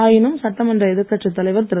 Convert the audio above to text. ஆயினும் சட்டமன்ற எதிர்க்கட்சித் தலைவர் திரு